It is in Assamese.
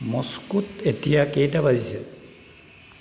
মস্কোত এতিয়া কেইটা বাজিছে